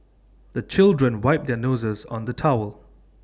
the children wipe their noses on the towel